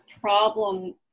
problem